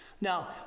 Now